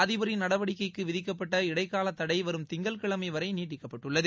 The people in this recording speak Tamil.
அதிபரின் நடவடிக்கைக்கு விதிக்கப்பட்ட இடைக்கால தடை வரும் திங்கட்கிழமை வரை நீட்டிக்கப்பட்டுள்ளது